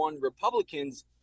Republicans